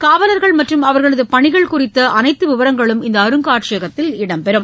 காவலர்கள் மற்றும் அவர்களதுபணிகள் குறித்தஅனைத்துவிவரங்களும் இந்தஅருங்காட்சியகத்தில் இடம்பெறுகிறது